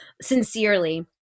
Sincerely